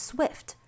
Swift